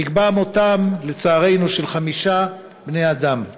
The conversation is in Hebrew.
נקבע מותם, לצערנו, של חמישה בני אדם.